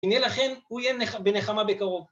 ‫הנה לכן, הוא יהיה בנחמה בקרוב.